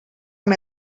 amb